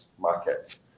markets